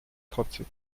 trotzig